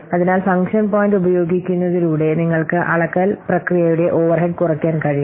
അതിനാൽ function point ഉപയോഗിക്കുന്നതിലൂടെ നിങ്ങൾക്ക് അളക്കൽ പ്രക്രിയയുടെ ഓവർഹെഡ് കുറയ്ക്കാൻ കഴിയും